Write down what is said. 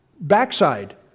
backside